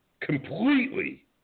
completely